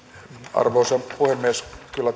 arvoisa puhemies kyllä